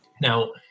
Now